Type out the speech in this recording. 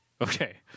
Okay